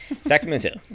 Sacramento